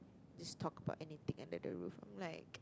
just talk about anything under the roof like